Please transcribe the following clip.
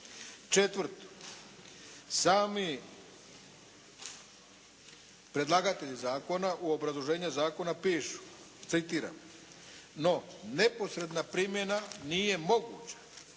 Četvrto. Sami predlagatelj zakona u obrazloženje zakona pišu, citiram: "No, neposredna primjena nije moguća